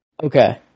Okay